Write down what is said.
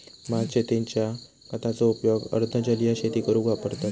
भात शेतींच्या खताचो उपयोग अर्ध जलीय शेती करूक वापरतत